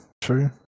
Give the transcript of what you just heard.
True